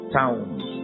towns